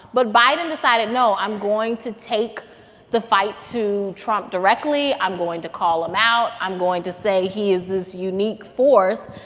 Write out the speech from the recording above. but biden decided, no, i'm going to take the fight to trump directly. i'm going to call him out. i'm going to say he is this unique force.